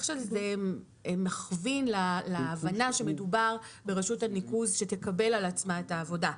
של זה מכווין להבנה שמדובר ברשות הניקוז שתקבל על עצמה את העבודה,